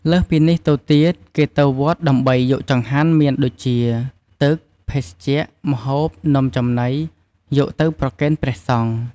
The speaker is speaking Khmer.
លើសពីនេះទៅទៀត គេទៅវត្តដើម្បីយកចង្ហាន់មានដូចជា ទឹក ភេសជ្ជៈ ម្ហួប នំចំណី យកទៅប្រគេនព្រះសង្ឃ។